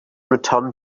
return